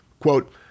quote